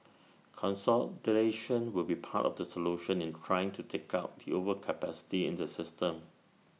consolidation will be part of the solution in trying to take out the overcapacity in the system